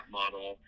model